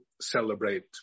celebrate